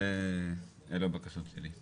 אלו הבקשות שלי.